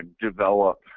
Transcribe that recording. develop